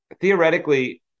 theoretically